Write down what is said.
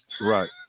Right